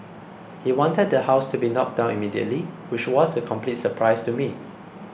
he wanted the house to be knocked down immediately which was a complete surprise to me